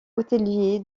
hôtelier